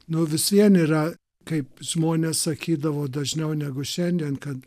nu visvien yra kaip žmonės sakydavo dažniau negu šiandien kad